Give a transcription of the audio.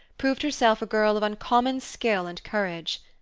proved herself a girl of uncommon skill and courage.